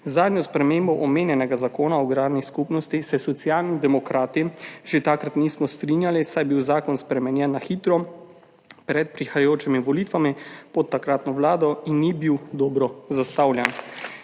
zadnjo spremembo omenjenega Zakona o agrarni skupnosti se Socialni demokrati že takrat nismo strinjali, saj je bil zakon spremenjen na hitro, pred prihajajočimi volitvami pod takratno vlado in ni bil dobro zastavljen.